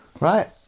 Right